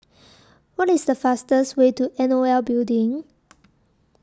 What IS The fastest Way to N O L Building